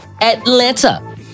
Atlanta